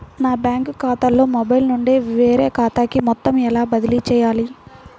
నా బ్యాంక్ ఖాతాలో మొబైల్ నుండి వేరే ఖాతాకి మొత్తం ఎలా బదిలీ చేయాలి?